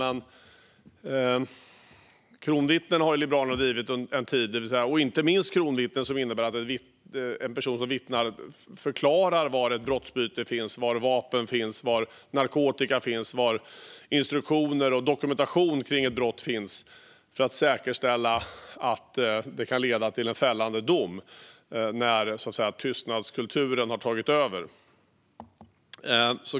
Men frågan om kronvittnen har Liberalerna drivit en tid, inte minst kronvittnen i de fall där en person som vittnar förklarar var ett brottsbyte finns, var vapen finns, var narkotika finns, var instruktioner och dokumentation kring ett brott finns för att säkerställa att det ska kunna leda till en fällande dom när tystnadskulturen har tagit över.